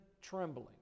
trembling